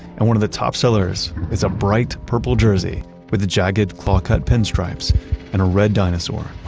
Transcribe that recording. and one of the top sellers is a bright purple jersey with the jagged claw-cut pinstripes and a red dinosaur,